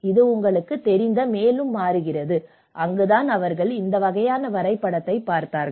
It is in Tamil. இது உங்களுக்குத் தெரிந்த மேலும் மாறுகிறது அங்குதான் அவர்கள் இந்த வகையான வரைபடத்தைப் பார்த்தார்கள்